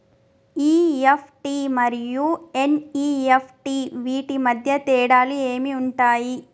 EFT మరియు NEFT వీటి మధ్య తేడాలు ఏమి ఉంటాయి?